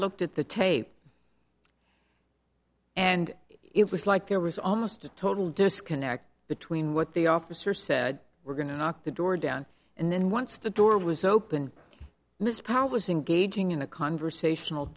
looked at the tape and it was like there was almost a total disconnect between what the officer said we're going to knock the door down and then once the door was opened mr powell was engaging in a conversational